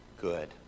good